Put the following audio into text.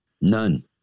none